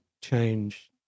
change